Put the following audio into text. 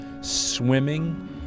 swimming